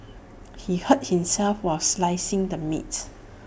he hurt himself while slicing the meat